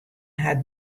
hat